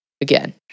again